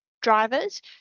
drivers